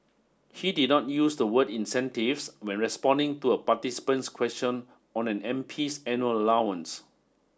he did not use the word incentives when responding to a participant's question on an MP's annual allowance